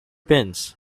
bins